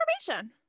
information